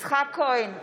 יצחק כהן,